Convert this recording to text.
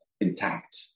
intact